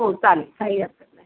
हो चालेल काही हरकत नाही